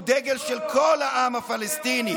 הוא דגל של כל העם הפלסטיני.